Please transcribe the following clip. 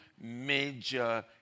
major